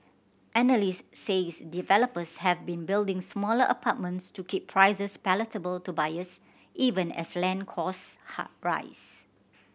analysts says developers have been building smaller apartments to keep prices palatable to buyers even as land costs rise